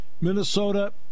Minnesota